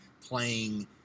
playing